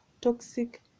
toxic